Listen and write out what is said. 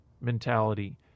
mentality